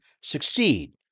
succeed